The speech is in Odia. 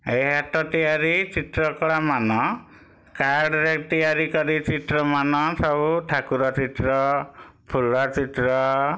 ଏଇ ହାତ ତିଆରି ଚିତ୍ର କଳା ମାନ କାର୍ଡ଼ ରେ ତିଆରି କରି ଚିତ୍ରମାନ ସବୁ ଠାକୁର ଚିତ୍ର ଫୁଲ ଚିତ୍ର